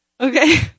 okay